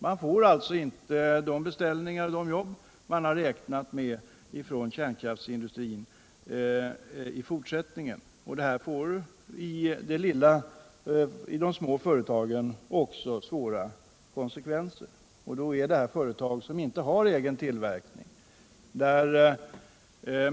De får alltså i fortsättningen inte de beställningar från kärnkraftsindustrin som de hade räknat med. Detta får svåra konsekvenser, särskilt i de små företagen, eftersom det här rör sig om företag som inte har egen tillverkning.